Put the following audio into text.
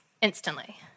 instantly